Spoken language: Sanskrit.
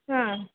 हा